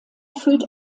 füllt